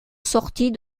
sortit